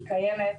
היא קיימת,